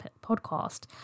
podcast